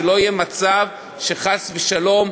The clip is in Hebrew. שלא יהיה מצב שחס ושלום,